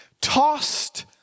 tossed